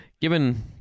given